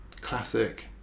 classic